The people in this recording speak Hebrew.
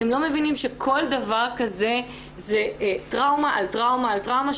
אתם לא מבינים שכל דבר כזה זה טראומה על טראומה על טראומה,